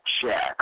check